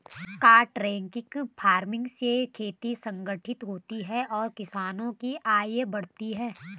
contract farming से खेती संगठित होती है और किसानों की आय बढ़ती है